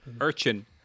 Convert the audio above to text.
Urchin